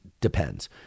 depends